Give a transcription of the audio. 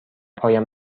پایم